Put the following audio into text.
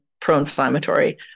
pro-inflammatory